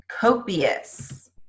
copious